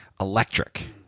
electric